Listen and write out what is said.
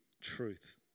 truth